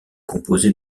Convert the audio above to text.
composé